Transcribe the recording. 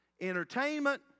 entertainment